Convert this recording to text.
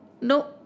no